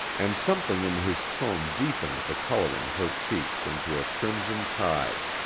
and something in his tone deepened the color in her cheeks into a crimson tide.